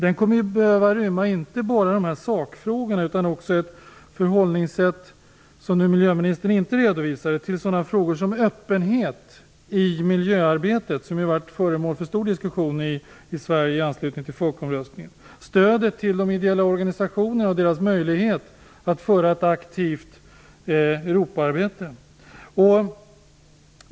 Den kommer att behöva rymma inte bara sakfrågorna utan också ett förhållningssätt, som miljöministern inte redovisade, till sådana frågor som öppenhet i miljöarbetet, något som har varit föremål för stor diskussion i Sverige i anslutning till folkomröstningen, och stöd till ideella organisationer och deras möjlighet att bedriva ett aktivt Europaarbete.